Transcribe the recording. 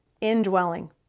Indwelling